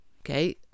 Okay